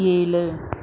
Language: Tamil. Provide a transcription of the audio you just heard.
ஏழு